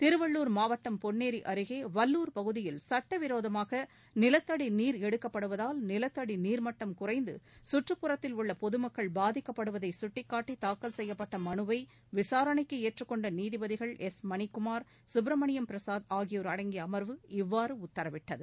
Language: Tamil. திருவள்ளூர் மாவட்டம் பொன்னேரி அருகே வல்லூர் பகுதியில் சட்டவிரோதமாக நிலத்தடி நீர் எடுக்கப்படுவதால் நிலத்தடி நீர்மட்டம் குறைந்து சுற்றுப்புறத்தில் உள்ள பொதுமக்கள் பாதிக்கப்படுவதை சுட்டிக்காட்டி தாக்கல் செய்யப்பட்ட மனுவை விசாரணைக்கு ஏற்றுக்கொண்ட நீதிபதிகள் எஸ் மணிக்குமார் சுப்பிரமணியம் பிரசாத் ஆகியோர் அடங்கிய அம்வு இவ்வாறு உத்தரவிட்டது